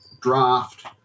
draft